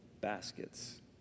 baskets